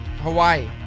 Hawaii